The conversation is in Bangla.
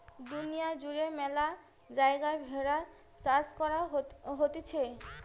দুনিয়া জুড়ে ম্যালা জায়গায় ভেড়ার চাষ করা হতিছে